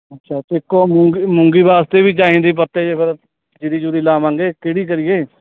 ਅੱਛਾ ਅਤੇ ਇੱਕ ਉਹ ਮੂੰਗੀ ਮੂੰਗੀ ਵਾਸਤੇ ਵੀ ਚਾਹੀਦੇ ਪੱਤੇ ਜੇ ਫਿਰ ਜੀਰੀ ਜੂਰੀ ਲਾਵਾਂਗੇ ਕਿਹੜੀ ਕਰੀਏ